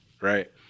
right